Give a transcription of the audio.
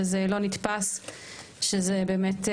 ולא נתפס שזה באמת.